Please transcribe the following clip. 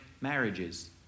marriages